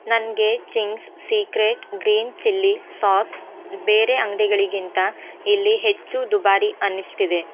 ನನಗೆ Ching's secret green chilli sauce ಬೇರೆ ಅಂಗಡಿಗಳಿಗಿಂತ ಇಲ್ಲಿ ಹೆಚ್ಚು ದುಬಾರಿ ಅನ್ನಿಸ್ತಿದೆ